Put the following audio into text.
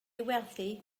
werthu